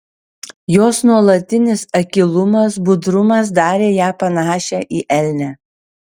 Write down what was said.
jos nuolatinis akylumas budrumas darė ją panašią į elnę